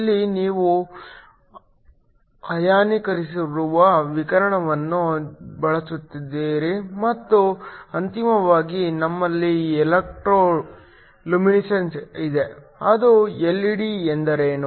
ಇಲ್ಲಿ ನೀವು ಅಯಾನೀಕರಿಸುವ ವಿಕಿರಣವನ್ನು ಬಳಸುತ್ತೀರಿ ಮತ್ತು ಅಂತಿಮವಾಗಿ ನಮ್ಮಲ್ಲಿ ಎಲೆಕ್ಟ್ರೋ ಲ್ಯುಮಿನೆಸೆನ್ಸ್ ಇದೆ ಅದು ಎಲ್ಇಡಿ ಎಂದರೇನು